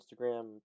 Instagram